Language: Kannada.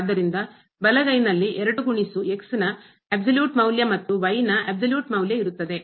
ಆದ್ದರಿಂದ ಬಲಗೈನಲ್ಲಿ 2 ಗುಣಿಸು ನ ಅಬ್ಸಲ್ಯೂಟ್ ಸಂಪೂರ್ಣ ಮೌಲ್ಯ ಮತ್ತು ನ ಅಬ್ಸಲ್ಯೂಟ್ ಸಂಪೂರ್ಣ ಮೌಲ್ಯ ಇರುತ್ತದೆ